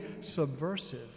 subversive